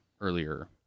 earlier